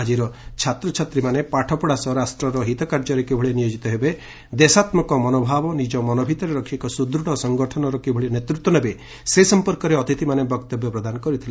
ଆଜିର ଛାତ୍ରଛାତ୍ରୀ ପାଠପଢା ସହ ରାଷ୍ଟର ହିତ କାର୍ଯ୍ୟରେ କିଭଳି ନିୟୋଜିତ ହେବେ ଦେଶାମ୍ ନିଜ ମନ ଭିତରେ ରଖି ଏକ ସୁଦୂଢ ସଂଗଠନର କିଭଳି ନେତୃତ୍ୱ ନେବେ ସେ ସଂପର୍କରେ ଅତିଥିମାନେ ବକ୍ତବ୍ୟ ପ୍ରଦାନ କରିଥିଲେ